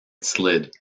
slid